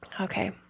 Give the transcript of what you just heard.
Okay